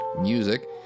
music